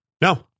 No